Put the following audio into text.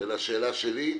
לשאלה שלי,